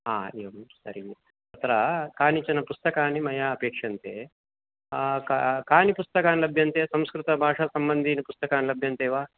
हा एवं तर्हि अत्र कानिचन पुस्तकानि मया अपेक्ष्यन्ते क कानि पुस्तकानि तत्र लभ्यन्ते संस्कृतभाषासम्बन्धीनि पुस्तकानि लभ्यन्ते वा